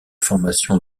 formation